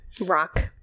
rock